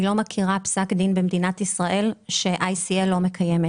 אני לא מכירה פסק דין במדינת ישראל ש-ICL לא מקיימת.